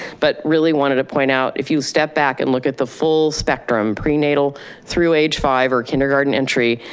but really wanted to point out if you step back and look at the full spectrum prenatal through age five or kindergarten entry,